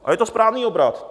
A je to správný obrat.